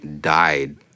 died